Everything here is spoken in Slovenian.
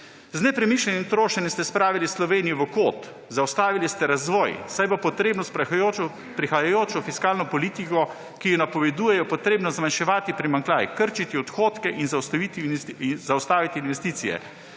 Z nepremišljenim trošenjem ste spravili Slovenijo v kot. Zaustavili ste razvoj, saj bo s prihajajočo fiskalno politiko, ki jo napovedujejo, treba zmanjševati primanjkljaj, krčiti odhodke in zaustaviti investicije.